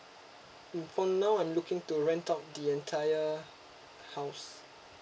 mm for now I'm looking to rent out the entire house